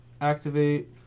activate